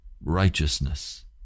righteousness